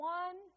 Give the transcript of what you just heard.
one